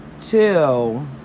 Two